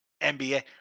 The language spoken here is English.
NBA